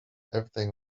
everything